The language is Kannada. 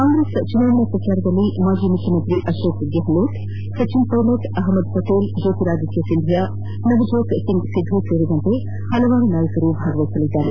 ಕಾಂಗ್ರೆಸ್ ಚುನಾವಣಾ ಪ್ರಚಾರದಲ್ಲಿ ಮಾಜಿ ಮುಖ್ಯಮಂತ್ರಿ ಅಶೋಕ್ ಗೆಹ್ಲೋಟ್ ಸಚಿನ್ ಪೈಲಟ್ ಅಹಮ್ದದ್ ಪಟೇಲ್ ಜ್ಯೋತಿರಾಧಿತ್ಯ ಸಿಂಧ್ಯಾ ನವಜೋತ್ ಸಿಂಗ್ ಸಿದ್ದು ಸೇರಿದಂತೆ ಹಲವಾರು ನಾಯಕರು ಭಾಗವಹಿಸಲಿದ್ದಾರೆ